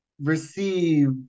receive